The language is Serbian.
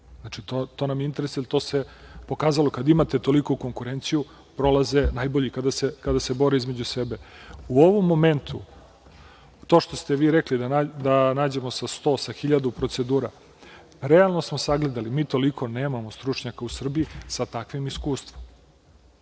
Znači, to nam je u interesu i to se pokazalo, kada imate toliku konkurenciju prolaze najbolji, kada se bore između sebe.U ovom momentu to što ste vi rekli da nađemo sa 100, sa 1000 procedura, realno smo sagledali, mi toliko nemamo stručnjaka u Srbiji sa takvim iskustvom.